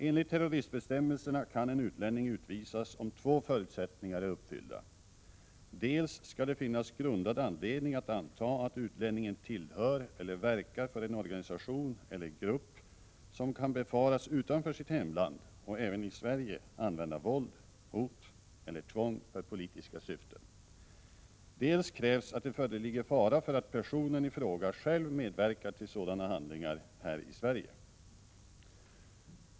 Enligt terroristbestämmelserna kan en utlänning utvisas om två förutsättningar är uppfyllda: dels skall det finnas grundad anledning att anta att utlänningen tillhör eller verkar för en organisation eller grupp som kan befaras utanför sitt hemland och även i Sverige använda våld, hot eller tvång för politiska syften, dels krävs att det föreligger fara för att personen i fråga medverkar till sådana handlingar här i Sverige.